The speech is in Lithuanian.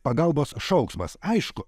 pagalbos šauksmas aišku